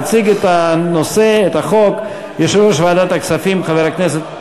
יציג את החוק יושב-ראש ועדת הכספים, חבר הכנסת,